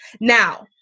Now